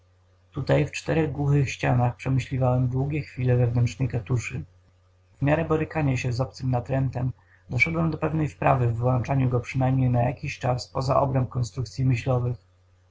tutaj w czterech głuchych ścianach przemyśliwałem długie chwile wewnętrznej katuszy w miarę borykania się z obcym natrętem doszedłem do pewnej wprawy w wyłączaniu go przynajmniej na jakiś czas poza obręb konstrukcyi myślowych